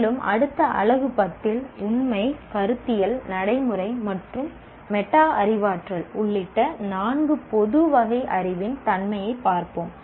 மேலும் அடுத்த அலகு 10 இல் உண்மை கருத்தியல் நடைமுறை மற்றும் மெட்டா அறிவாற்றல் உள்ளிட்ட நான்கு பொது வகை அறிவின் தன்மையைப் பார்ப்போம்